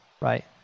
right